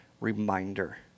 reminder